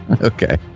okay